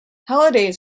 holidays